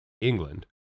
England